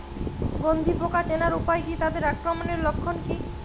গন্ধি পোকা চেনার উপায় কী তাদের আক্রমণের লক্ষণ কী?